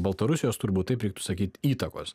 baltarusijos turbūt taip reiktų sakyt įtakos